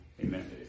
amen